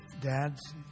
dads